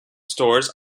stores